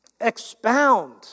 expound